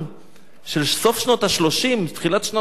של סוף שנות ה-30, תחילת שנות ה-40.